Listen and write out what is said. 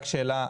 רק שאלה,